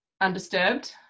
undisturbed